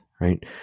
right